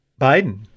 Biden